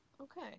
Okay